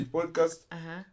podcast